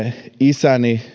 isäni